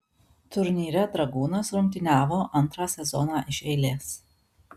turnyre dragūnas rungtyniavo antrą sezoną iš eilės